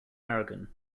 aragon